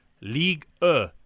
League-E